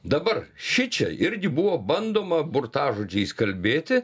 dabar šičia irgi buvo bandoma burtažodžiais kalbėti